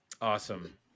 awesome